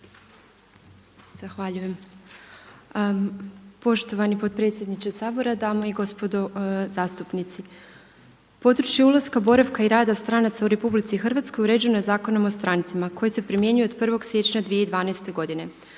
Zahvaljujem. Poštovani potpredsjedniče Sabora, dame i gospodo zastupnici područje ulaska, boravka i rada stranaca u RH uređeno je Zakonom o strancima koji se primjenjuje od 1. siječnja 2012. godine.